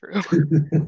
True